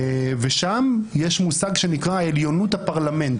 שם יש מושג שנקרא עליונות הפרלמנט.